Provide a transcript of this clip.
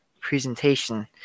presentation